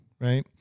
Right